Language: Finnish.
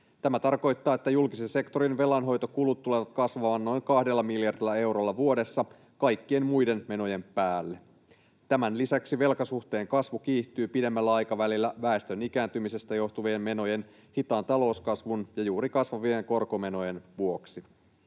Tämä tarkoittaa, että julkisen sektorin velanhoitokulut tulevat kasvamaan noin kahdella miljardilla eurolla vuodessa kaikkien muiden menojen päälle. Tämän lisäksi velkasuhteen kasvu kiihtyy pidemmällä aikavälillä väestön ikääntymisestä johtuvien menojen, hitaan talouskasvun ja juuri kasvavien korkomenojen vuoksi.